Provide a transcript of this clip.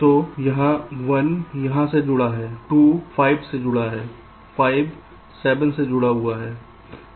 तो 1 यहां से जुड़ा है 2 5 से जुड़ा है और 5 7 से जुड़ा है